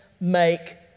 make